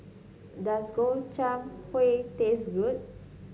does Gobchang Gui taste good